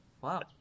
Wow